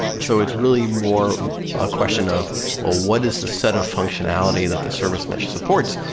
so it's really more a question of well, what is the set of functionality that the service meshes supports,